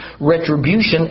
retribution